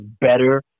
better